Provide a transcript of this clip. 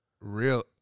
real